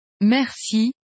Merci